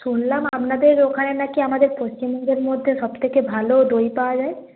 শুনলাম আপনাদের ওখানে না কি আমাদের পশ্চিমবঙ্গের মধ্যে সবথেকে ভালো দই পাওয়া যায়